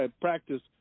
practice